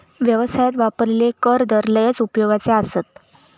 व्यवसायात वापरलेले कर दर लयच उपयोगाचे आसत